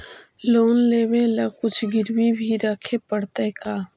Loan लेबे ल कुछ गिरबी भी रखे पड़तै का?